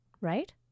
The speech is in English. right